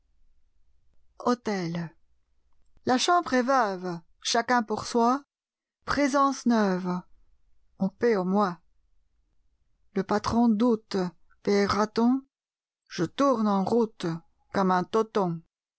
s'écoule la chambre est veuve chacun pour soi présence neuve on paye au mois le patron doute payera t on je tourne en route comme un toton